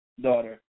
daughter